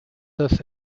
das